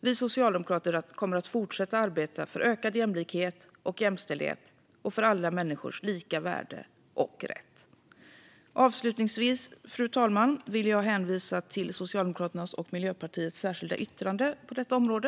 Vi socialdemokrater kommer att fortsätta arbeta för ökad jämlikhet och jämställdhet, för alla människors lika värde och rätt. Fru talman! Avslutningsvis vill jag hänvisa till Socialdemokraternas och Miljöpartiets särskilda yttrande på detta område.